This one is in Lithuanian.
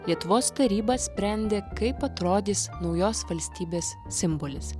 lietuvos taryba sprendė kaip atrodys naujos valstybės simbolis